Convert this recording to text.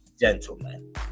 gentlemen